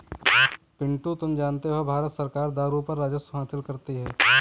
पिंटू तुम जानते हो भारत सरकार दारू पर राजस्व हासिल करती है